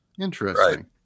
Interesting